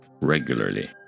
regularly